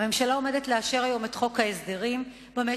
הממשלה עומדת לאשר היום את חוק ההסדרים במשק,